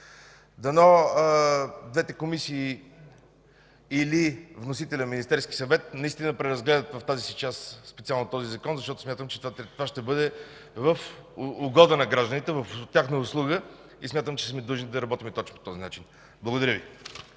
Дано двете комисии или вносителят – Министерски съвет, наистина да преразгледат в тази част специално този Закон, защото това ще бъде в угода на гражданите, в тяхна услуга. Смятам, че сме длъжни да работим точно по този начин. Благодаря Ви.